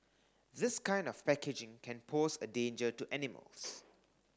this kind of packaging can pose a danger to animals